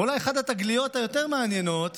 אולי אחת התגליות היותר-מעניינות